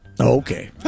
Okay